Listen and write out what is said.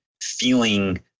feeling